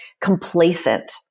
complacent